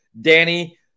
Danny